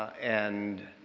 and